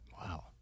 Wow